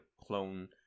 clone